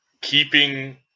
keeping